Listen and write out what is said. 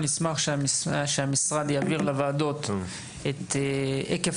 אני אשמח שהמשרד יבהיר לוועדות את היקף